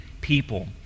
people